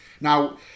now